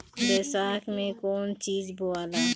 बैसाख मे कौन चीज बोवाला?